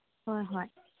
ꯍꯣꯏ ꯍꯣꯏ